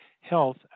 health